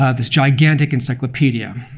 ah this gigantic encyclopedia.